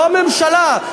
לא הממשלה.